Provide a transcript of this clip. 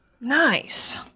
Nice